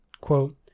quote